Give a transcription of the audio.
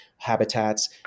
habitats